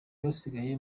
basigaye